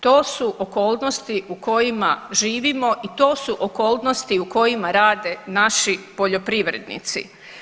To su okolnosti u kojima živimo i to su okolnosti u kojima rade naši poljoprivrednici.